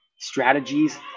strategies